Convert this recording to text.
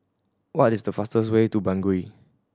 what is the fastest way to Bangui